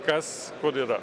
kas kur yra